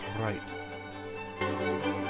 right